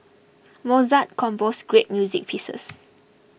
Mozart composed great music pieces